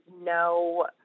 no